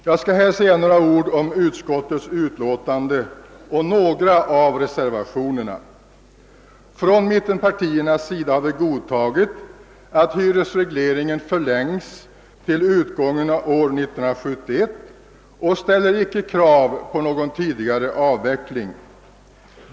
Jag vill säga några ord om utskottets utlåtande och om reservationerna. Från mittenpartiernas sida har godtagits att hyresregleringen förlängs till utgången av år 1971, och vi ställer icke krav på någon tidigare total avveckling.